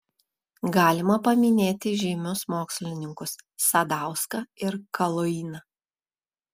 galima paminėti žymius mokslininkus sadauską ir kaluiną